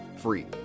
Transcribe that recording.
free